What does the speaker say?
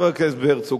חבר הכנסת הרצוג,